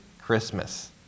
Christmas